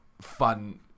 fun